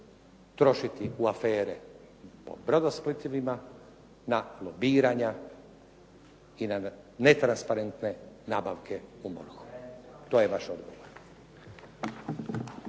trošiti u afere po brodosplitovima, na lobiranja i na netransparentne nabavke u MORH-u. To je vaš odgovor.